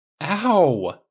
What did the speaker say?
Ow